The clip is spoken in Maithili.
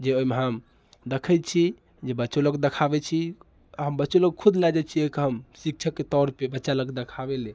जे ओहिमे हम देखैत छी जे बच्चो लोक देखाबैत छी आ बच्चो लोक खुद लै जाइत छी हम शिक्षकके तौर पे बच्चा लोगके देखाबै ले